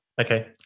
Okay